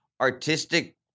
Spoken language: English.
artistic